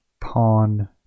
Pawn